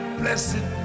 blessed